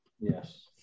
Yes